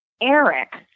Eric